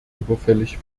überfällig